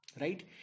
Right